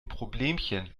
problemchen